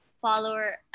follower